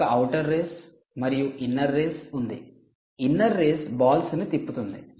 ఒక outer race మరియు inner race ఉంది ఇన్నర్ రేస్ బాల్స్ను తిప్పుతుంది